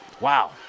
wow